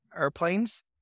airplanes